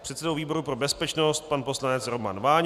předsedou výboru pro bezpečnost pan poslanec Roman Váňa,